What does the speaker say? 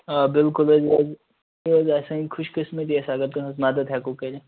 آ بِلکُل حظ یہِ حظ آسہِ سٲنۍ خوش قِسمتی اسہِ اگر تُہٕنٛز مدت ہیکو کٔرِتھ